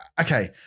okay